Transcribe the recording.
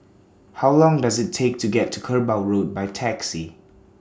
How Long Does IT Take to get to Kerbau Road By Taxi